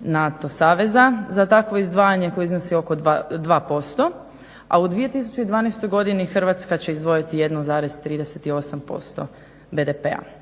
NATO saveza za takvo izdvajanje koje iznosi oko 2%, a u 2012. godini Hrvatska će izdvojiti 1,38% BDP-a.